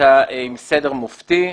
הייתה עם סדר מופתי.